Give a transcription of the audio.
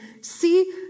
see